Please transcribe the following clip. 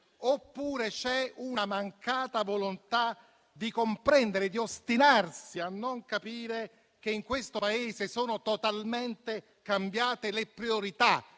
oppure c'è una mancata volontà di comprendere e di ostinarsi a non capire che in questo Paese sono totalmente cambiate le priorità?